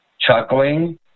chuckling